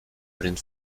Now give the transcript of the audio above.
print